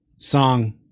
song